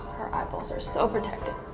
her eyeballs are so protected.